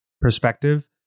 perspective